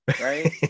right